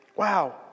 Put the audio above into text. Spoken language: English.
Wow